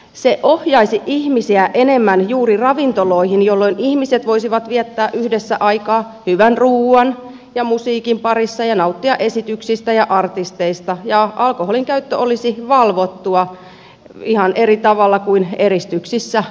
se ohjaisi ihmisiä enemmän juuri ravintoloihin jolloin ihmiset voisivat viettää yhdessä aikaa hyvän ruuan ja musiikin parissa ja nauttia esityksistä ja artisteista ja alkoholinkäyttö olisi valvottua ihan eri tavalla kuin eristyksissä kotona